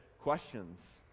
questions